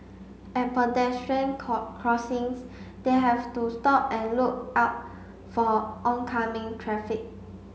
at pedestrian crossings they have to stop and look out for oncoming traffic